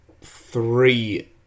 three